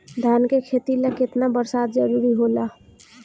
धान के खेती ला केतना बरसात जरूरी होला?